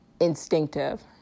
instinctive